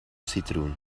citroen